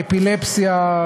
אפילפסיה,